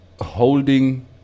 holding